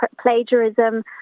plagiarism